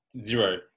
zero